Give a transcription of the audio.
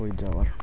শুই যাওঁ আৰ